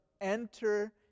enter